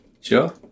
Sure